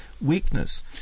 weakness